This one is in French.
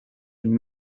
une